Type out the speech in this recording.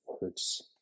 words